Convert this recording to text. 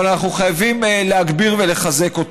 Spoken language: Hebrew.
אבל אנחנו חייבים להגביר ולחזק אותו.